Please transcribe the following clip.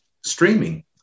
streaming